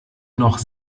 noch